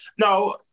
no